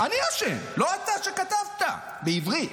אני אשם, לא אתה, שכתבת, בעברית.